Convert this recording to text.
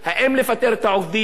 האם להחזיר את העובדים?